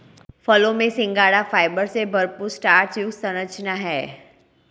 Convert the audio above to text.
फलों में सिंघाड़ा फाइबर से भरपूर स्टार्च युक्त संरचना है